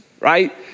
right